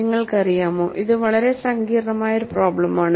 നിങ്ങൾക്കറിയാമോ ഇത് വളരെ സങ്കീർണ്ണമായ ഒരു പ്രോബ്ലെമാണ്